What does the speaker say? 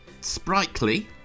sprightly